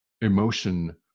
emotion